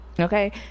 Okay